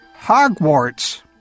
Hogwarts